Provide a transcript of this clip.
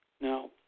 Now